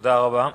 תודה רבה.